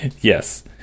Yes